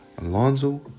Alonzo